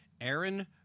Aaron